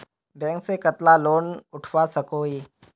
Bank से कतला loan उठवा सकोही?